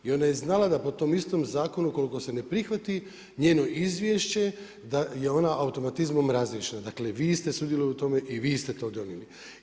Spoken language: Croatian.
I ona je znala da po tom istom zakonu ukoliko se ne prihvati njeno izvješće da je ona automatizmom razriješena, dakle vi ste sudjelovali u tome i vi ste to donijeli.